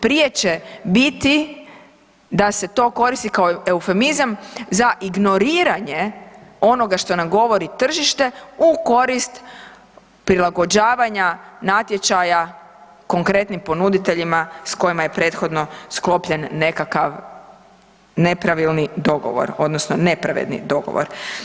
Prije će biti da se to koristi kao eufemizam za ignoriranje onoga što nam govori tržište u korist prilagođavanja natječaja konkretnim ponuditeljima s kojima je prethodno sklopljen nekakav nepravilni dogovor odnosno nepravedni dogovor.